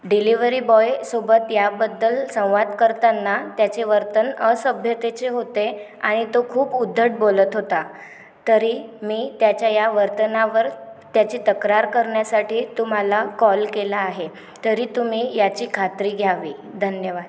delivery बॉयसोबत याबद्दल संवाद करताना त्याचे वर्तन असभ्यतेचे होते आणि तो खूप उद्धट बोलत होता तरी मी त्याच्या या वर्तनावर त्याची तक्रार करण्यासाठी तुम्हाला कॉल केला आहे तरी तुम्ही याची खात्री घ्यावी धन्यवाद